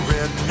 Red